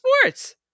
sports